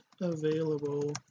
available